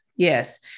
Yes